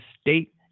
state